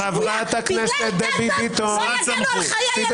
חברי הכנסת לא יגנו על חיי ילדים.